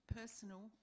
personal